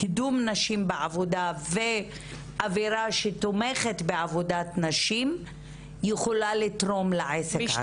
קידום נשים בעבודה ואווירה שתומכת בעבודת נשים יכולים לתרום לעסק עצמו.